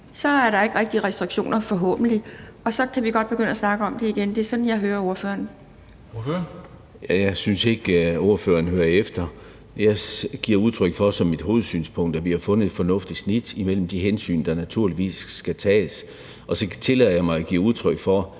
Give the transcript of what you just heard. så er der ikke rigtig restriktioner, forhåbentlig, og så kan vi godt begynde at snakke om det igen? Det er sådan, jeg hører ordføreren. Kl. 10:45 Formanden (Henrik Dam Kristensen): Ordføreren. Kl. 10:46 Orla Hav (S): Jeg synes ikke, at ordføreren hører efter. Jeg gav udtryk for som mit hovedsynspunkt, at vi har fundet et fornuftigt snit imellem de hensyn, der naturligvis skal tages. Og så tillader jeg mig at give udtryk for,